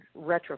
retrofit